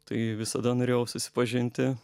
tai visada norėjau susipažinti